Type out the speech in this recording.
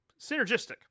Synergistic